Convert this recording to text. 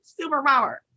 superpower